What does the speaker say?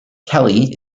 kelly